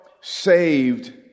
saved